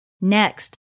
Next